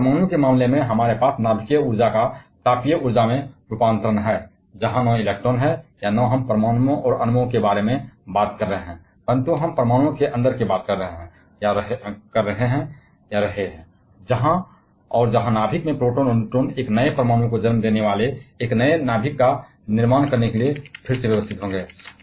लेकिन परमाणु के मामले में हमारे पास नाभिकीय ऊर्जा का तापीय ऊर्जा में रूपांतरण है जहां इलेक्ट्रॉनों या हम परमाणुओं और अणुओं के बारे में बात नहीं कर रहे हैं कि क्या हम परमाणुओं के अंदर जा रहे हैं और हम नाभिक में हैं जहां प्रोटॉन और न्यूट्रॉन वे एक नए परमाणु को जन्म देने वाले एक नए नाभिक का निर्माण करने के लिए फिर से व्यवस्थित होंगे